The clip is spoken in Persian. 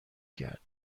کرد